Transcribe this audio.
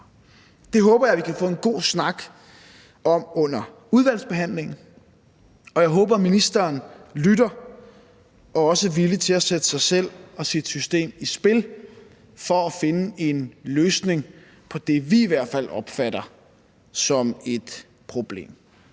Det håber jeg vi kan få en god snak om under udvalgsbehandlingen, og jeg håber, ministeren lytter og også er villig til at sætte sig selv og sit system i spil for at finde en løsning på det, vi i hvert fald opfatter som et problem.